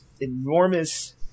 enormous